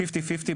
פיפטי-פיפטי,